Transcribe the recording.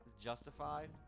Justified